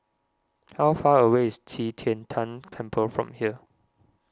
how far away is Qi Tian Tan Temple from here